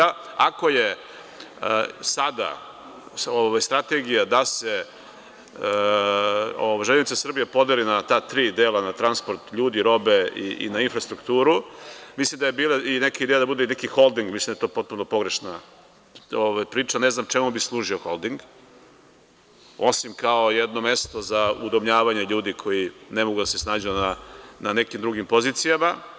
Ako je sada strategija da se „Železnica Srbije“ podeli na ta tri dela, na transport ljudi, robe i na infrastrukturu, mislim da je bila neka ideja i da bude neki holding, mislim da je to potpuno pogrešna priča, ne znam čemu bi služio holding, osim kao jedno mesto za udomljavanje ljudi koji ne mogu da se snađu na nekim drugim pozicijama.